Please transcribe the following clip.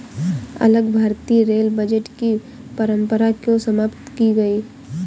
अलग भारतीय rail budget की परंपरा क्यों समाप्त की गई?